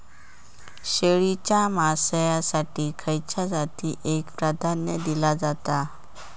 शेळीच्या मांसाएसाठी खयच्या जातीएक प्राधान्य दिला जाता?